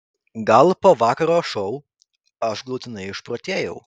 gal po vakaro šou aš galutinai išprotėjau